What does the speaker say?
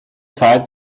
zeit